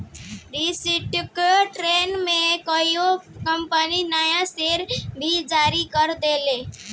security training में कोई company नया शेयर भी जारी कर देले